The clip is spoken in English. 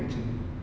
mm